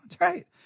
right